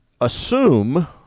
assume